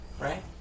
Right